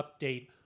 update